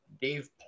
Dave